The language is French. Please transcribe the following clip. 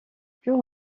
plus